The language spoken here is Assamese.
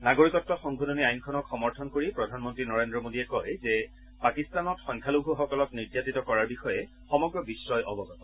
নাগৰিকত্ব সংশোধনী আইনখনক সমৰ্থন কৰি প্ৰধানমন্ত্ৰী নৰেন্দ্ৰ মোডীয়ে কয় যে পাকিস্তানত সংখ্যালঘুসকলক নিৰ্যাতিত কৰাৰ বিষয়ে সমগ্ৰ বিশ্বই অৱগত